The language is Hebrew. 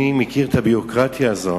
אני מכיר את הביורוקרטיה הזו,